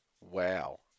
Wow